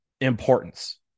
importance